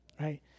right